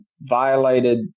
violated